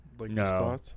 No